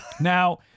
now